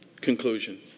conclusion